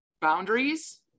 boundaries